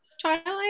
Twilight